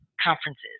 conferences